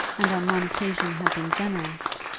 and on one occasion had been generous,